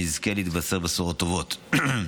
שנזכה להתבשר בשורות טובות.